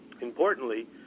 Importantly